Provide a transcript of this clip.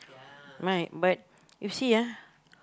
my but you see ah